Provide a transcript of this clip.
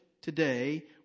today